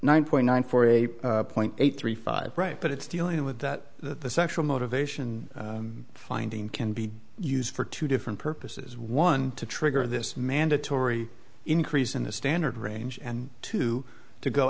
nine point nine four eight point eight three five right but it's dealing with that the sexual motivation finding can be used for two different purposes one to trigger this mandatory increase in the standard range and two to go